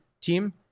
team